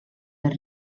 per